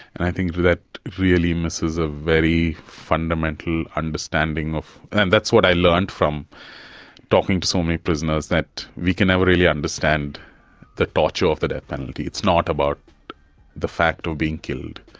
and i think that really misses a very fundamental understanding of, and that's what i learned from talking to so many prisoners, that we can never really understand the torture of the death penalty. it's not about the fact of being killed,